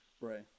Right